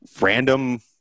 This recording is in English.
random